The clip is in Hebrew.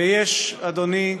ויש, אדוני,